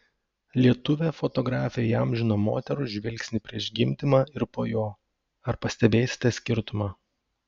lietuvė fotografė įamžino moterų žvilgsnį prieš gimdymą ir po jo ar pastebėsite skirtumą